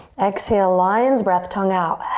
exhale, lion's breath, tongue out.